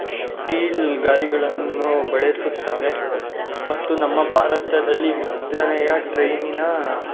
ಶ್ ಶ್ಟೀಲ್ ಗಾಲಿಗಳನ್ನು ಬಳಸುತ್ತಾರೆ ಮತ್ತು ನಮ್ಮ ಭಾರತದಲ್ಲಿ ಉದ್ದನೆಯ ಟ್ರೈನಿನ